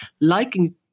liking